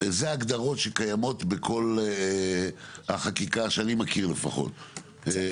אלה ההגדרות שקיימות בכל החקיקה שאני מכיר לפחות בנושאים הללו.